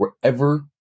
wherever